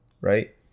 right